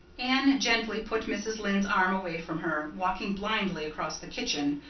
anne gently put mrs. lynde's arms away from her, walked blindly across the kitchen,